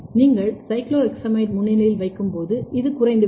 நீங்கள் சைக்ளோஹெக்ஸமைடு முன்னிலையில் வைக்கும்போது இது குறைந்துவிடும்